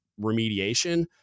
remediation